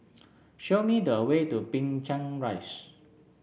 show me the way to Binchang Rise